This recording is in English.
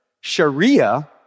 Sharia